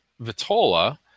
Vitola